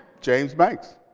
james banks,